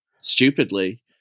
stupidly